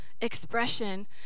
expression